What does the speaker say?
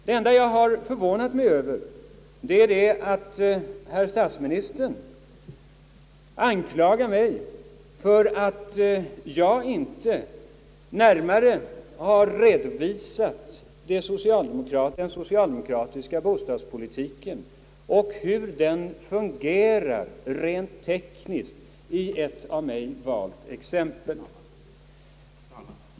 Det enda jag har förvånat mig över är att herr statsministern anklagar mig för att jag inte närmare har redovisat hur den socialdemokratiska bostadspolitiken fungerar rent tekniskt i ett av mig valt exempel.